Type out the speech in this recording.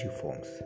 forms